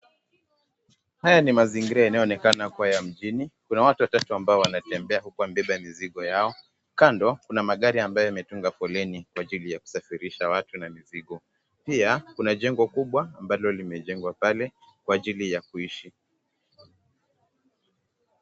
Haya ni mazingira yanayoonekana kuwa ya mjini. Kuna watu watatu ambao wanatembea huku wamebeba mizigo yao. Kando kuna magari ambayo yametunga foleni kwa ajili yakusafirisha watu na mizigo. Pia kuna jengo kubwa ambalo limejengwa pale kwa ajili ya kuishi.